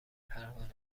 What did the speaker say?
پروانه